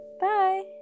Bye